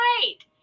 great